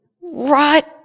right